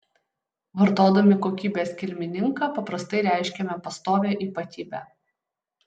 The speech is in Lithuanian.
vartodami kokybės kilmininką paprastai reiškiame pastovią ypatybę